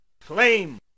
flame